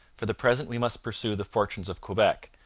for the present we must pursue the fortunes of quebec,